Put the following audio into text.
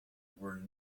were